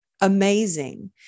amazing